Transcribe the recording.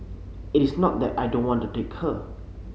it is not that I don't want to take her